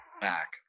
back